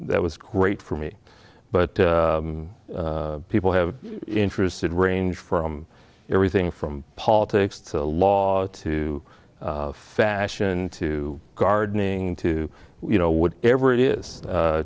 that was great for me but people have interested range from everything from politics to law to fashion to gardening to you know what ever it is